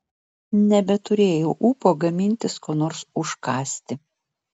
nebeturėjau ūpo gamintis ko nors užkąsti